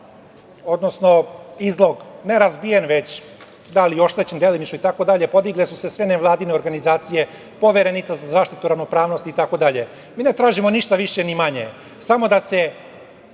odnosno izlog, ne razbijen, već da li je oštećen delimično itd, podigle su se sve nevladine organizacije, Poverenica za zaštitu ravnopravnost itd. Mi ne tražimo ništa više ni manje, samo da se